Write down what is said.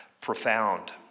profound